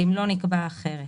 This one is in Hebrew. אם לא נקבע אחרת